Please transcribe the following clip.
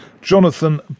Jonathan